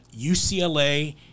UCLA